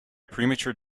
premature